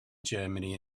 germany